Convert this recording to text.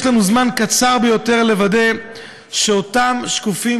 יש לנו זמן קצר ביותר לוודא שאותם שקופים